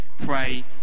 pray